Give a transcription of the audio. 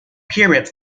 period